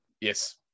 Yes